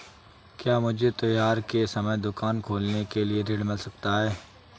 क्या मुझे त्योहार के समय दुकान खोलने के लिए ऋण मिल सकता है?